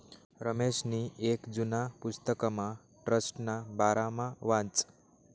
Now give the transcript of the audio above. रमेशनी येक जुना पुस्तकमा ट्रस्टना बारामा वाचं